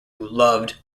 loved